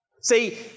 See